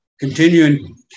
continuing